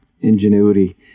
ingenuity